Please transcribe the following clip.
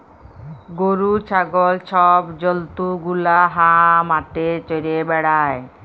গরু, ছাগল ছব জল্তু গুলা হাঁ মাঠে চ্যরে বেড়ায়